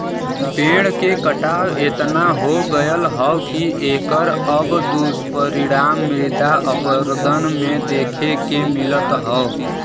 पेड़ के कटाव एतना हो गयल हौ की एकर अब दुष्परिणाम मृदा अपरदन में देखे के मिलत हौ